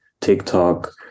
TikTok